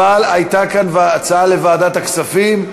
אבל הייתה כאן הצעה לוועדת הכספים.